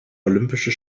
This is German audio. olympische